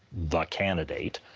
the candidate,